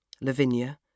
Lavinia